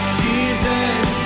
jesus